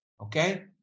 Okay